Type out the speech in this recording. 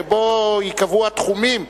שבו ייקבעו התחומים.